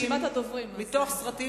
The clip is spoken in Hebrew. את הסרטים